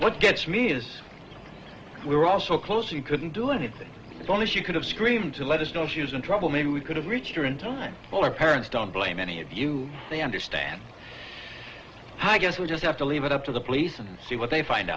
what gets me is we were all so close you couldn't do anything wrong as you could have screamed to let us know she was in trouble maybe we could have reached her in time for our parents don't blame any of you they understand i guess we'll just have to leave it up to the police and see what they find